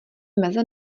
meze